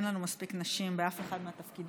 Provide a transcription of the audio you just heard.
אין לנו מספיק נשים באף אחד מהתפקידים.